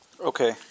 Okay